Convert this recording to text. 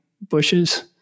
bushes